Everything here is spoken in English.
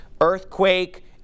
earthquake